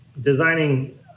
Designing